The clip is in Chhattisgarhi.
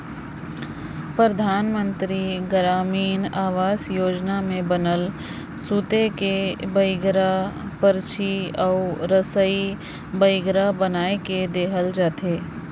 परधानमंतरी गरामीन आवास योजना में बनल सूते कर बइंगरा, परछी अउ रसई बइंगरा बनाए के देहल जाथे